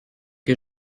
que